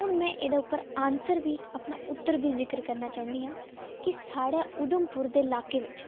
हून में एह्दे पर आन्सर बी अपना उत्तर बी जिक्र करना चाह्न्नी आं कि साढ़े उधमपुर दे इलाके बिच